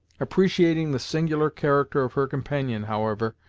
appreciating the singular character of her companion, however,